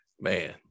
man